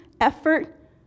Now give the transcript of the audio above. effort